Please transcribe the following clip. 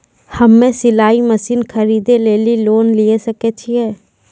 हम्मे सिलाई मसीन खरीदे लेली लोन लिये सकय छियै?